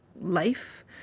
life